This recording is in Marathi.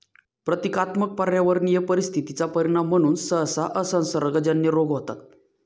प्रतीकात्मक पर्यावरणीय परिस्थिती चा परिणाम म्हणून सहसा असंसर्गजन्य रोग होतात